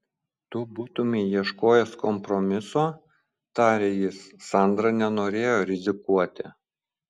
tu būtumei ieškojęs kompromiso tarė jis sandra nenorėjo rizikuoti